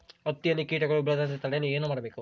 ಹತ್ತಿಯಲ್ಲಿ ಕೇಟಗಳು ಬೇಳದಂತೆ ತಡೆಯಲು ಏನು ಮಾಡಬೇಕು?